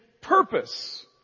purpose